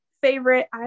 favorite